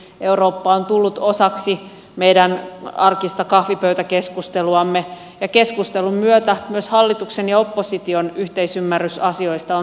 eurooppa on tullut osaksi meidän arkista kahvipöytäkeskusteluamme ja keskustelun myötä myös hallituksen ja opposition yhteisymmärrys asioista on lisääntynyt